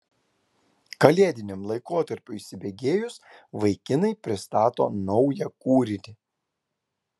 kalėdiniam laikotarpiui įsibėgėjus vaikinai pristato naują kūrinį